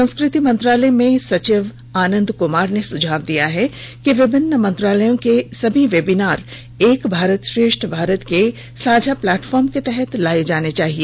संस् कृ ति मंत्रालय में सचिव आनंद कुमार ने सुझाव दिया कि विभिन्न मंत्रालयों के सभी वेबिनार एक भारत श्रेष्ठ भारत के साझा प्लेटफ ॉर्म के तहत लाए जाने चाहिए